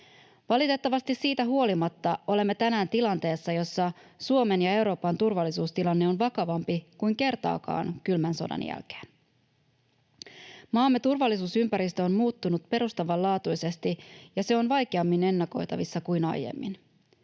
Valitettavasti siitä huolimatta olemme tänään tilanteessa, jossa Suomen ja Euroopan turvallisuustilanne on vakavampi kuin kertaakaan kylmän sodan jälkeen. Maamme turvallisuusympäristö on muuttunut perustavanlaatuisesti, ja se on vaikeammin ennakoitavissa kuin aiemmin.